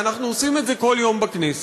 ואנחנו עושים את זה כל יום בכנסת,